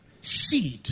seed